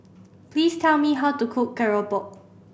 please tell me how to cook keropok